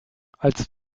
als